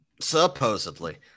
Supposedly